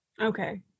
Okay